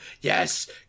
yes